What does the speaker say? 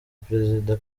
prezida